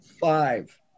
five